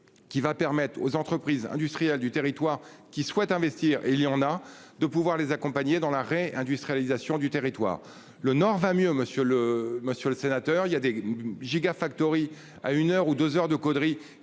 Qui va permettre aux entreprises industrielles du territoire qui souhaitent investir, et il y en a de pouvoir les accompagner dans la réindustrialisation du territoire, le Nord va mieux monsieur, le monsieur le sénateur, il y a des gigafactories à une heure ou 2h de Caudry